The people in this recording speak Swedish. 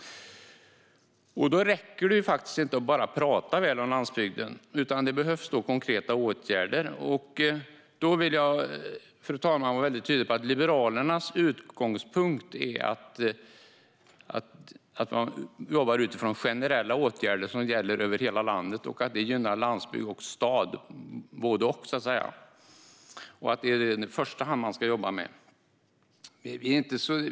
Då räcker det faktiskt inte att bara tala väl om landsbygden, utan det behövs konkreta åtgärder. Då vill jag, fru talman, vara tydlig med att Liberalernas utgångspunkt är att man jobbar utifrån generella åtgärder som gäller över hela landet, för det gynnar både landsbygd och stad. Det är det man i första hand ska jobba med.